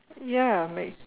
ya make